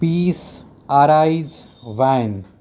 peace arise wine